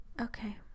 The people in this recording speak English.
Okay